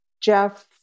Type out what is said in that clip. Jeff